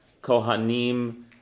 Kohanim